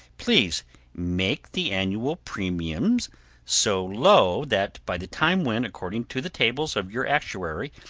please make the annual premium so low that by the time when, according to the tables of your actuary,